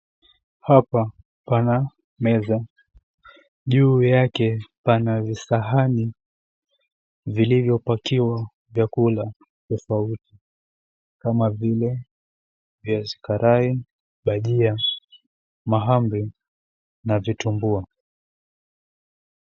Hapa pana meza, juu yake pana visahani vilivyopakiwa vyakula tofauti kama vile, viazi karai, bajia, mahamri na vutumbua.